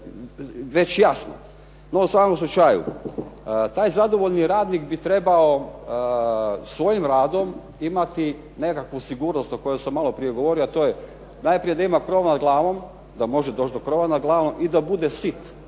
već jasno. No u svakom slučaju, taj zadovoljni radnik bi trebao svojim radom imati nekakvu sigurnost o kojoj sam maloprije govorio, a to je najprije da ima krov nad glavom, da može doći do krova nad glavom, i da bude sit.